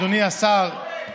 אדוני השר,